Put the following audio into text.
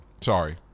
Sorry